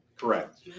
Correct